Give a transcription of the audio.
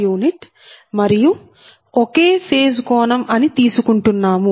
u మరియు ఒకే phase కోణం అని తీసుకుంటున్నాము